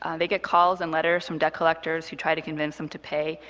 ah they get calls and letters from debt collectors who try to convince them to pay,